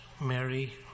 Mary